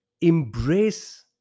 embrace